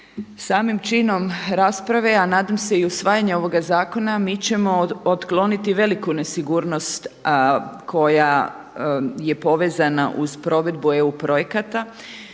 samim činom rasprave a nadam se i usvajanje ovoga zakona mi ćemo otkloniti veliku nesigurnost koja je povezana uz provedbu EU projekata